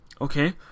Okay